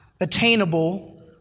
attainable